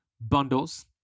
Bundles